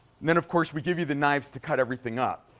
then, of course, we give you the kniveses to cut everything up.